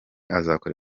azakora